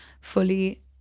fully